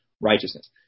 righteousness